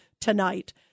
tonight